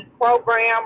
program